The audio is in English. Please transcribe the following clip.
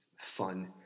Fun